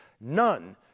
none